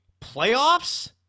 playoffs